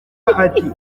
ati